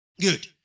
Good